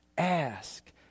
Ask